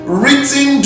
written